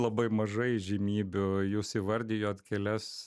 labai mažai įžymybių jūs įvardijot kelias